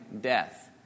death